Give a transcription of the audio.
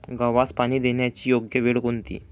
गव्हास पाणी देण्याची योग्य वेळ कोणती?